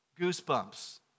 goosebumps